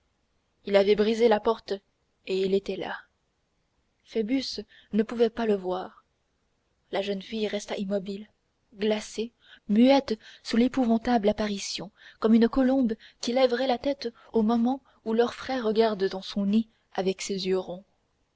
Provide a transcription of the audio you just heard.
il avait brisé la porte et il était là phoebus ne pouvait le voir la jeune fille resta immobile glacée muette sous l'épouvantable apparition comme une colombe qui lèverait la tête au moment où l'orfraie regarde dans son nid avec ses yeux ronds